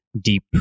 deep